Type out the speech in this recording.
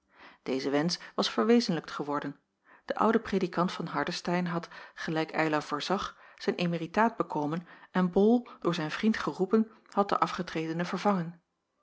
deze wensch was verwezenlijkt geworden de oude predikant van hardestein had gelijk eylar voorzag zijn emeritaat bekomen en bol door zijn vriend geroepen had den afgetredene vervangen